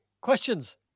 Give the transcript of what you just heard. questions